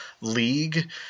league